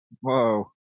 Whoa